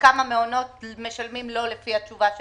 וכמה מעונות משלמים לא לפי התשובה שלכם?